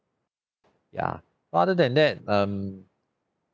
ya other than that um